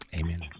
Amen